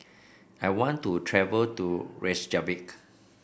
I want to travel to Reykjavik